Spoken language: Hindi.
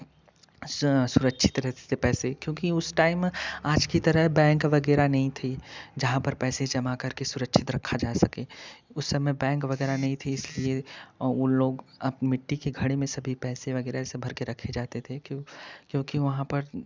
सुरक्षित रहते थे पैसे क्योंकि उस टाइम आज की तरह बैंक वगैरह नहीं थे जहाँ पर पैसे जमा करकर सुरक्षित रखा जा सके उस समय बैंक वगैराह नहीं थे इसलिए उन लोग आप मिट्टी के घड़े में सभी पैसे वगैराह से भर कर रखे जाते थे क्यों क्योंकि वहाँ पर